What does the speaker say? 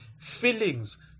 feelings